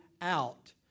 out